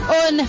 on